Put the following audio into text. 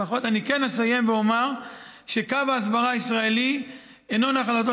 אני כן אסיים ואומר שקו ההסברה הישראלי אינו נחלתו